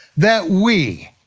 that we,